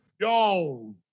yo